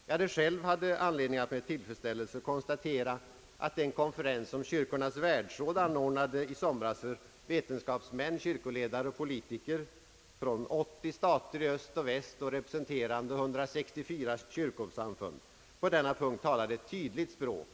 Jag hade själv anledning att med tillfredsställelse konstatera att den konferens, som kyrkornas världsråd anordnade i somras för vetenskapsmän, kyrkoledare och politiker från 80 stater i öst och väst, representerande 164 kyrkosamfund, på denna punkt talade ett tydligt språk.